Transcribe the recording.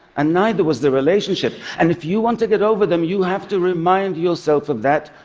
and neither was the relationship. and if you want to get over them, you have to remind yourself of that,